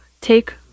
take